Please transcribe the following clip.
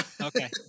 Okay